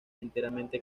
enteramente